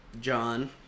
John